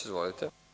Izvolite.